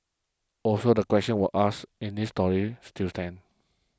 also the questions we asked in this story still stand